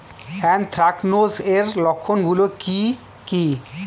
Anthracnose এর লক্ষণ গুলো কি কি?